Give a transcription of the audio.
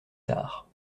tard